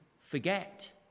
forget